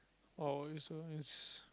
or is a is